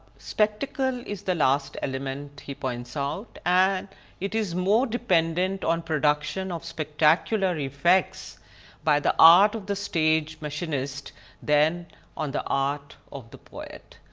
spectacle is the last element he points out, and it is more dependent on production of spectacular effects by the art of the stage machinist than on the art of the poet.